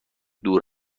دور